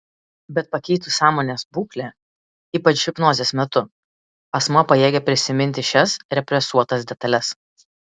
bet pakeitus sąmonės būklę ypač hipnozės metu asmuo pajėgia prisiminti šias represuotas detales